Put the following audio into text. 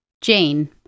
Jane